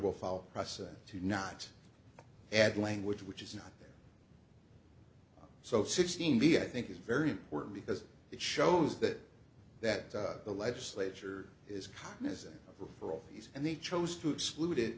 will follow process to not add language which is not so sixteen v i think is very important because it shows that that the legislature is missing for all these and they chose to exclude it